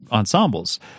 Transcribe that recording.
ensembles